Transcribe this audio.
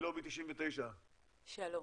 מרב, מלובי 99. שלום.